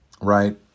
right